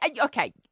Okay